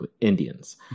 Indians